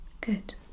Good